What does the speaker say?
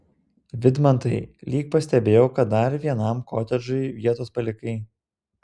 vidmantai lyg pastebėjau kad dar vienam kotedžui vietos palikai